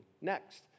next